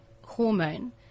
hormone